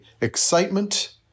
excitement